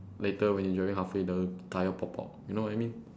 later when you driving halfway the tire pop out you know what I mean